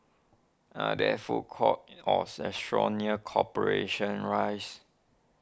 are there food courts or restaurants near Corporation Rise